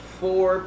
four